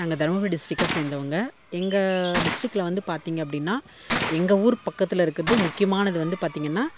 நாங்கள் தர்மபுரி டிஸ்ட்டிக்கை சேர்ந்தவங்க எங்கள் டிஸ்ட்டிக்ல வந்து பார்த்திங்க அப்படின்னா எங்கள் ஊர் பக்கத்தில் இருக்கிறது முக்கியமானது வந்து பார்த்திங்கன்னா